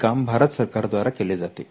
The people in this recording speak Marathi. हे काम भारत सरकार द्वारा केले जाते